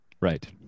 Right